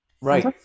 Right